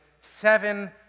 seven